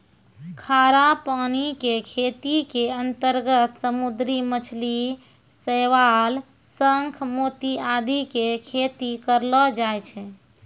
खारा पानी के खेती के अंतर्गत समुद्री मछली, शैवाल, शंख, मोती आदि के खेती करलो जाय छै